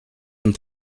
and